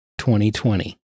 2020